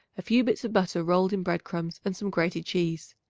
a few bits of butter rolled in bread-crumbs and some grated cheese.